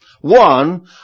One